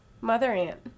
mother-aunt